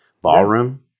ballroom